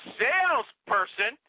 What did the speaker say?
salesperson